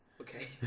Okay